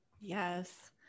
Yes